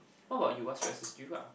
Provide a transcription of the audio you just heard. what about you what stresses you up